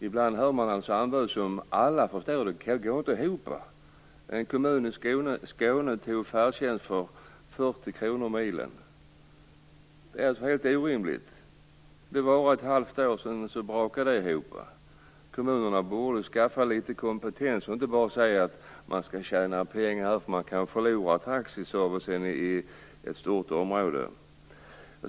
Ibland hör man talas om anbudssummor som inte går ihop. En kommun i Det är helt orimligt. Det varade ett halvt år, sedan brakade det ihop. Kommunerna borde skaffa litet kompetens och inte bara säga att de skall tjäna pengar, eftersom de kan förlora taxiservicen i ett stort område.